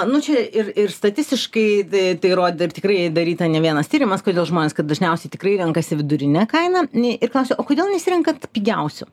nu čia ir ir statistiškai tai tai rodė ir tikrai daryta ne vienas tyrimas kodėl žmonės kad dažniausiai tikrai renkasi vidurinę kaina nei ir klausia o kodėl nesirenkat pigiausio